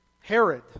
Herod